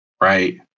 right